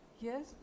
Yes